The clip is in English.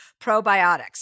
probiotics